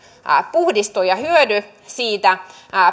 puhdistu ja hyödy siitä